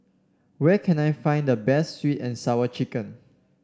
where can I find the best sweet and Sour Chicken